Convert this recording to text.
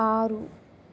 ఆరు